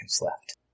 left